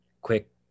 quick